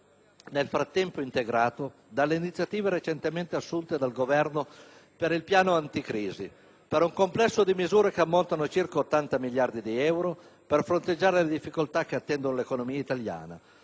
nel frattempo integrati dalle iniziative recentemente assunte dal Governo per il piano anticrisi, con un complesso di misure che ammontano a circa 80 miliardi di euro per fronteggiare le difficoltà che attendono l'economia italiana,